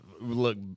Look